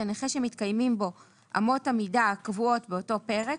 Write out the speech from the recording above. לנכה שמתקיימים בו אמות המידה הקבועות באותו פרק,